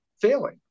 failing